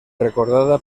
recordada